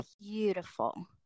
beautiful